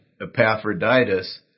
Epaphroditus